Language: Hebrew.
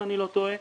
אם אני לא טועה,